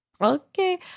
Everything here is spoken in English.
Okay